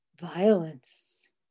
violence